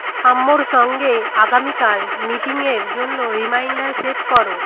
সাম্যর সঙ্গে আগামীকাল মিটিংয়ের জন্য রিমাইন্ডার সেট করো